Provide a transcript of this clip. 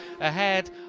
ahead